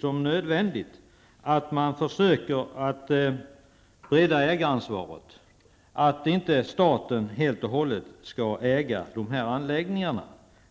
som nödvändigt att man försöker bredda ägaransvaret, att staten inte helt och hållet äger dessa anläggningar.